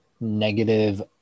negative